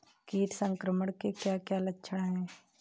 कीट संक्रमण के क्या क्या लक्षण हैं?